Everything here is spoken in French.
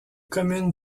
communes